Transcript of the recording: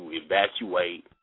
evacuate